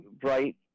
bright